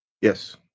Yes